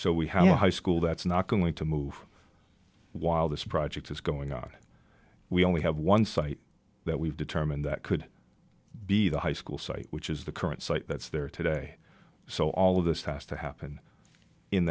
so we have a high school that's not going to move while this project is going on we only have one site that we've determined that could be the high school site which is the current site that's there today so all of this has to happen in